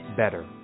better